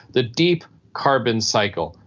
the deep carbon cycle,